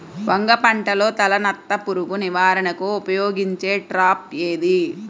వంగ పంటలో తలనత్త పురుగు నివారణకు ఉపయోగించే ట్రాప్ ఏది?